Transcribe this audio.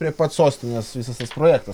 prie pat sostinės visas tas projektas